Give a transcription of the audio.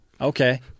Okay